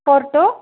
four two